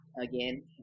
again